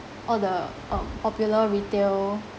all the um popular retail